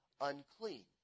unclean